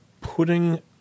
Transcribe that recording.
putting